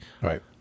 Right